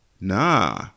Nah